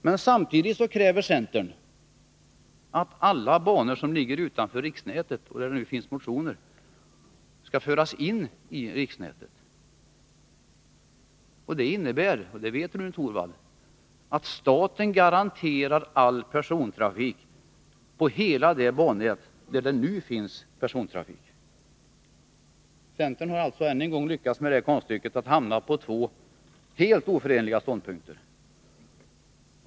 Men dessutom kräver centern att alla banor som ligger utanför riksnätet, och där det nu finns motioner, skall föras in i riksnätet. Det innebär — och det vet Rune Torwald — att staten garanterar all persontrafik på hela det bannät där det nu finns persontrafik. Centern har alltså än en gång lyckats med konststycket att hamna på två helt oförenliga ståndpunkter.